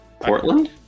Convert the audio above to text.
Portland